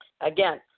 Again